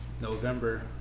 November